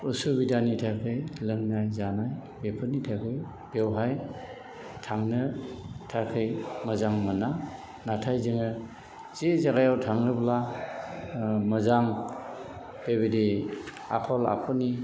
उसुबिदानि थाखाय लोंनाय जानाय बेफोरनि थाखाय बेवहाय थांनो थाखाय मोजां मोना नाथाय जोङो जि जायगायाव थाङोब्ला मोजां बेबायदि आखल आखुनि